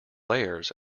layers